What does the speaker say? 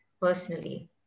personally